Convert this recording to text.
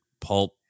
pulp